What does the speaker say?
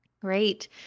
Great